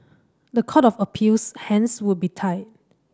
the Court of Appeal's hands would be tied